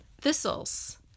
thistles